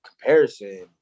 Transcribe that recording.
comparison